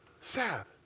Sad